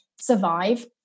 survive